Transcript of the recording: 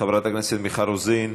חברת הכנסת מיכל רוזין,